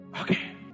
okay